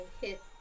hit